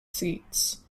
seats